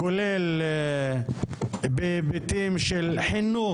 כולל בהיבטים של חינוך,